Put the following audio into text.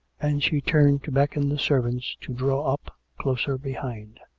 and she turned to beckon the servants to draw up closer behind.